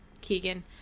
Keegan